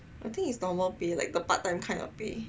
I think it's normal pay leh like the part time kind of pay